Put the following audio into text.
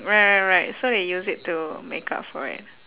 right right right so they use it to make up for it